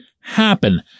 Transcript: happen